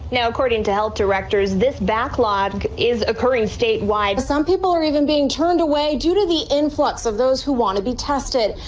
yeah according to health directors, this backlog is occurring statewide. some people are even being turned away due to the influx of those who want to be tested.